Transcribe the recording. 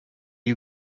you